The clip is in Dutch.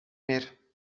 meer